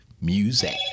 music